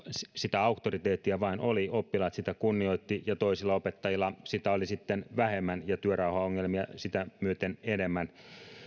sitä auktoriteettia vain oli oppilaat sitä kunnioittivat toisilla opettajilla sitä oli sitten vähemmän ja työrauhaongelmia sitä myöten enemmän